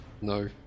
no